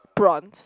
prawns